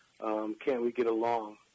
can't-we-get-along